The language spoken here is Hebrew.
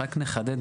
רק נחדד,